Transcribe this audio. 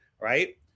right